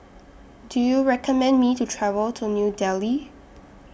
Do YOU recommend Me to travel to New Delhi